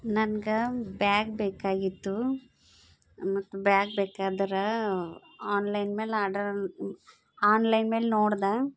ನನ್ಗೆ ಬ್ಯಾಗ್ ಬೇಕಾಗಿತ್ತು ಮತ್ತು ಬ್ಯಾಗ್ ಬೇಕಂದ್ರೆ ಆನ್ಲೈನ್ ಮೇಲೆ ಆರ್ಡರ್ ಆನ್ಲೈನ್ ಮೇಲೆ ನೋಡಿದೆ